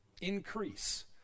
Increase